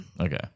Okay